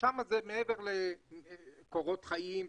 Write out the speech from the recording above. שם זה מעבר לקורות חיים,